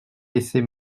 laisser